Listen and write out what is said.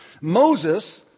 Moses